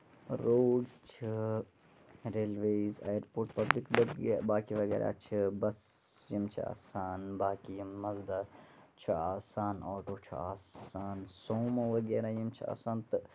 roads چھِ railways airport public باقٕے وغیرہ چھِ بس یِم چھِ آسان باقٕے یِم مَزٕ دار چھُ آسان آٹوٗ چھِ آسان سومو وغیرہ یِم چھِ آسان تہٕ